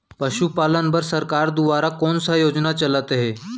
पशुपालन बर सरकार दुवारा कोन स योजना चलत हे?